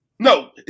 No